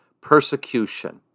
persecution